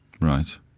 Right